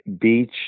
beach